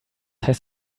heißt